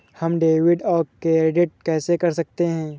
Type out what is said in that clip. हम डेबिटऔर क्रेडिट कैसे कर सकते हैं?